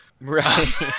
Right